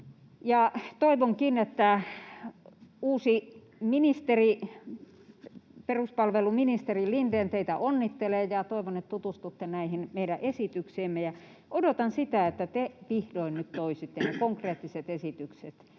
Toivonkin, uusi peruspalveluministeri Lindén — teitä onnittelen — että tutustutte näihin meidän esityksiimme, ja odotan sitä, että te vihdoin nyt toisitte ne konkreettiset esitykset,